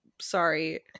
sorry